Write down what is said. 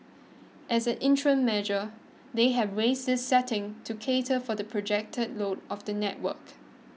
as an interim measure they have raised this setting to cater for the projected load of the network